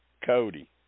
Cody